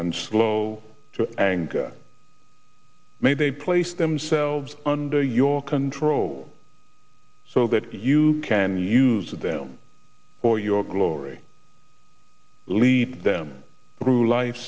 and slow to anger may they place themselves under your control so that you can use them for your glory lead them through life